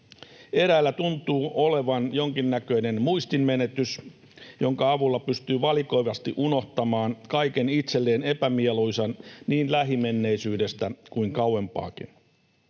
Eräällä tuntuu olevan jonkinnäköinen muistinmenetys, jonka avulla pystyy valikoivasti unohtamaan kaiken itselleen epämieluisan niin lähimenneisyydestä kuin kauempaakin.